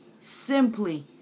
simply